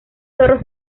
zorros